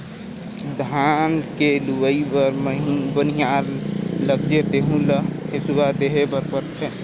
धान के लूवई बर बनिहार लेगजे तेहु ल हेसुवा देहे बर परथे